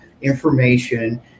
information